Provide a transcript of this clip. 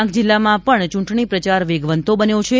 ડાંગ જિલ્લામાં પણ ચ્રંટણી પ્રચાર વેગવંતો બન્યો છે